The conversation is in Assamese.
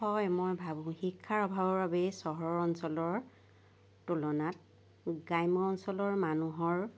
হয় মই ভাবোঁ শিক্ষাৰ অভাৱৰ বাবেই চহৰৰ অঞ্চলৰ তুলনাত গ্ৰাম্য অঞ্চলৰ মানুহৰ